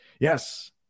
Yes